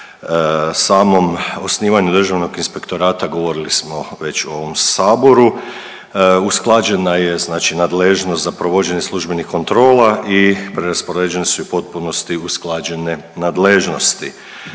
samom osnivanju Državnog inspektorata govorili smo već u ovom saboru. Usklađena je znači nadležnost za provođenje službenih kontrola i preraspoređene su i u potpunosti usklađene nadležnosti.